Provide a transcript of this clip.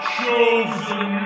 chosen